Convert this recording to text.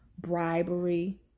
bribery